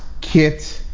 Kit